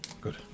Good